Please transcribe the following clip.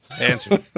answer